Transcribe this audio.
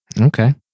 Okay